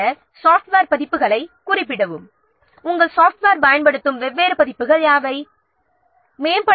பின்னர் சாஃப்ட்வேர் பதிப்புகளையும் நாம் அல்லது சாப்ட்வேர் பயன்படுத்தும் வெவ்வேறு பதிப்புகள் யாவை என்பதையும் குறிப்பிட வேண்டும்